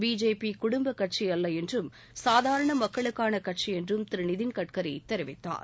BJP குடும்ப கட்சி அல்ல என்றும் சாதாரண மக்களுக்கான கட்சி என்றும் திரு நிதின்கட்கரி கெரிவிக்கார்